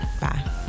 Bye